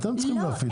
אתם צריכים להפיץ.